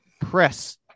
press